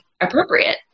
appropriate